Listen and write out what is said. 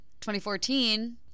2014